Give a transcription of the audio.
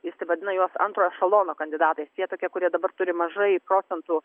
jis taip vadina juos antro ešelono kandidatais jie tokie kurie dabar turi mažai procentų